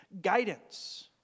guidance